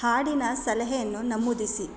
ಹಾಡಿನ ಸಲಹೆಯನ್ನು ನಮೂದಿಸಿ